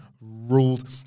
ruled